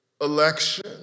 election